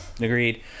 Agreed